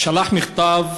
שלח מכתב